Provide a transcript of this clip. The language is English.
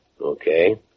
Okay